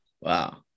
Wow